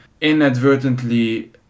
inadvertently